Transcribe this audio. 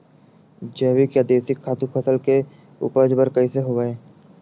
जैविक या देशी खातु फसल के उपज बर कइसे होहय?